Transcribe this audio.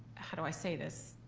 how do i say this?